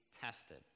tested